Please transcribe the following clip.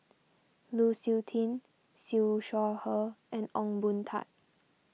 Lu Suitin Siew Shaw Her and Ong Boon Tat